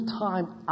time